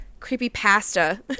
Creepypasta